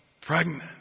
pregnant